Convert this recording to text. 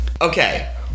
Okay